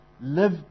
Live